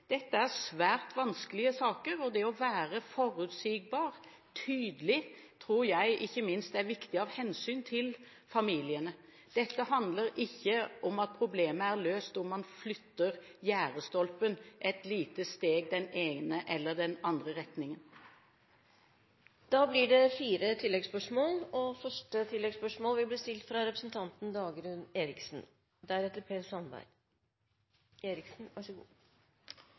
svært vanskelige saker, og det å være forutsigbar og tydelig tror jeg ikke minst er viktig av hensyn til familiene. Dette handler ikke om at problemet er løst om man flytter gjerdestolpen et lite steg i den ene eller andre retningen. Da blir det fire